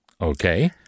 Okay